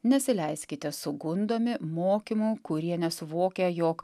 nesileiskite sugundomi mokymų kurie nesuvokia jog